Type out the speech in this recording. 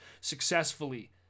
successfully